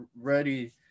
ready